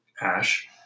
Ash